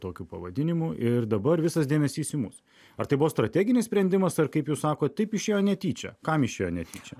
tokiu pavadinimu ir dabar visas dėmesys į mus ar tai buvo strateginis sprendimas ar kaip jūs sakot taip išėjo netyčia kam išėjo netyčia